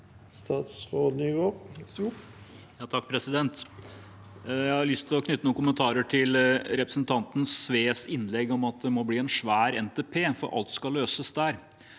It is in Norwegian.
Statsråd Jon-Ivar Nygård Jeg har lyst til å knytte noen kommentarer til representanten Sves innlegg om at det må bli en svær NTP fordi alt skal løses der.